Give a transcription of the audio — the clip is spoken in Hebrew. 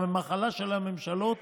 אבל המחלה של הממשלות